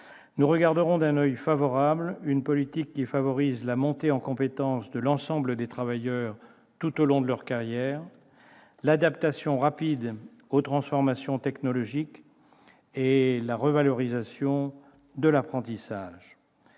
Nous regarderons d'un oeil favorable une politique qui favorise la montée en compétence de l'ensemble des travailleurs tout au long de leur carrière, l'adaptation rapide aux transformations technologiques et la revalorisation de l'apprentissage.